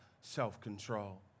self-control